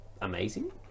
amazing